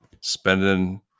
Spending